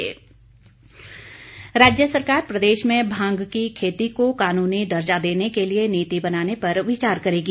संकल्प राज्य सरकार प्रदेश में भांग की खेती को कानूनी दर्जा देने के लिए नीति बनाने पर विचार करेगी